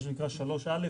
מה שנקרא 3א',